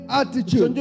attitude